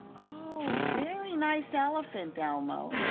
oh, very nice elephant, elmo.